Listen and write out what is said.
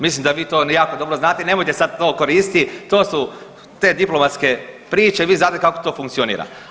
Mislim da vi to jako dobro znate i nemojte sad to koristiti, to su te diplomatske priče i vi znate kako to funkcionira.